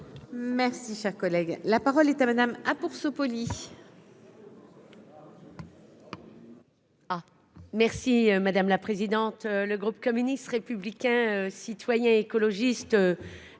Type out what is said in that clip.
Merci, cher collègue, la parole est à madame ah pour. Merci madame la présidente, le groupe communiste, républicain, citoyen et écologiste